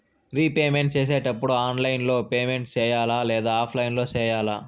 repayment సేసేటప్పుడు online లో payment సేయాలా లేదా ఆఫ్లైన్ లో సేయాలా